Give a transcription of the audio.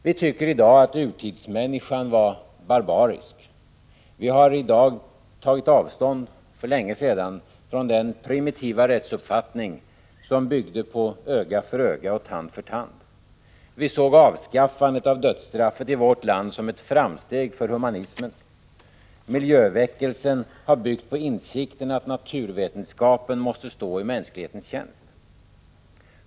Vi tycker i dag att urtidsmänniskan var barbarisk. Vi har i dag för länge sedan tagit avstånd från den primitiva rättsuppfattning som byggde på öga för öga och tand för tand. Vi såg avskaffandet av dödsstraffet i vårt land som ett framsteg för humanismen. Miljöväckelsen har byggt på insikten att naturvetenskapen måste stå i mänsklighetens tjänst.